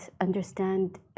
understand